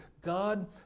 God